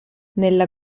nella